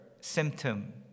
symptom